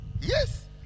yes